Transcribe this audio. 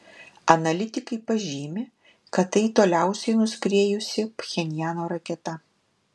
analitikai pažymi kad tai toliausiai nuskriejusi pchenjano raketa